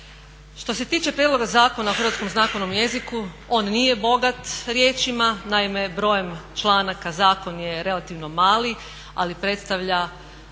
Što se toče Prijedloga zakona o hrvatskom znakovnom jeziku on nije bogat riječima. Naime, brojem članaka zakon je relativno mali ali predstavlja